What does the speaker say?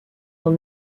uns